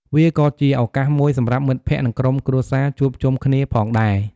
វាក៏ជាឱកាសមួយសម្រាប់មិត្តភ័ក្តិ និងក្រុមគ្រួសារជួបជុំគ្នាផងដែរ។